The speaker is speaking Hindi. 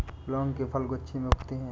लौंग के फल गुच्छों में उगते हैं